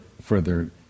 further